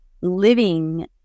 living